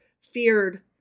feared